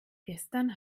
gestern